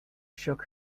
shook